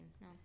No